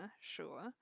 sure